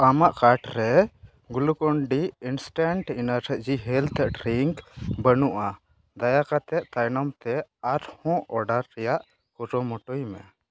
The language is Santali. ᱟᱢᱟᱜ ᱠᱟᱴᱨᱮ ᱜᱩᱞᱩᱠᱩᱱᱰᱤ ᱤᱱᱥᱴᱮᱱᱴ ᱮᱱᱟᱨᱡᱤ ᱦᱮᱞᱛᱷ ᱰᱨᱤᱝᱠ ᱵᱟᱹᱱᱩᱜᱼᱟ ᱫᱟᱭᱟ ᱠᱟᱛᱮ ᱛᱟᱭᱱᱚᱢ ᱛᱮ ᱟᱨ ᱦᱚᱸ ᱚᱰᱟᱨ ᱨᱮᱭᱟᱜ ᱠᱩᱨᱩᱢᱩᱴᱩᱭ ᱢᱮ